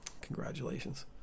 Congratulations